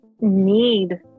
need